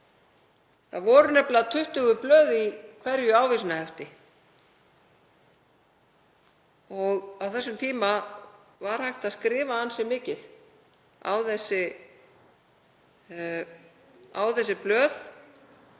Það voru nefnilega 20 blöð í hverju ávísanahefti og á sínum tíma var hægt að skrifa ansi mikið á þau blöð